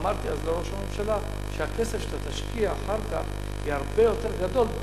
אמרתי אז לראש הממשלה: הכסף שאתה תשקיע אחר כך יהיה הרבה יותר גדול,